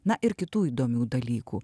na ir kitų įdomių dalykų